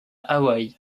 hawaï